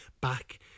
back